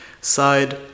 side